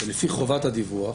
לפי חובת הדיווח,